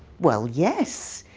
well, yes.